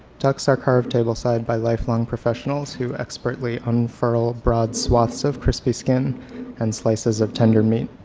ducks are carved tableside by lifelong professionals who expertly unfurl broad swaths of crispy skin and slices of tender meat.